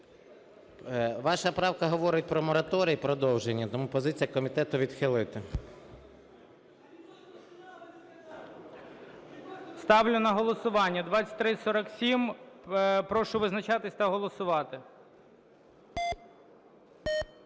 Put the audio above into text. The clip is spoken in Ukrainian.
Ваша правка говорить про мораторій, продовження, тому позиція комітету - відхилити. ГОЛОВУЮЧИЙ. Ставлю на голосування 2347. Прошу визначатись та голосувати.